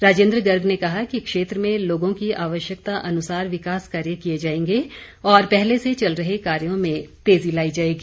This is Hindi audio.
राजेन्द्र गर्ग ने कहा कि क्षेत्र में लोगों की आवश्यकता अनुसार विकास कार्य किए जाएंगे और पहले से चल रहे कार्यों में तेज़ी लाई जाएगी